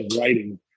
writing